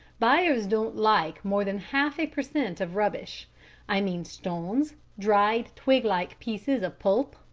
buyers don't like more than half a per cent. of rubbish i mean stones, dried twig-like pieces of pulp,